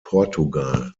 portugal